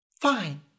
Fine